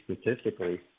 statistically